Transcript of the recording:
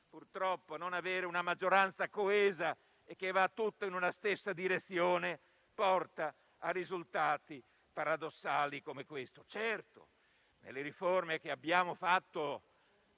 purtroppo, non avere una maggioranza coesa che va tutta in una stessa direzione porta a risultati paradossali, come questi? Certamente nelle riforme che abbiamo fatto